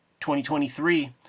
2023